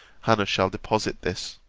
hannah shall deposit this.